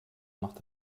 macht